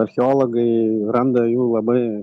archeologai randa jų labai